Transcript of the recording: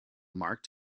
marked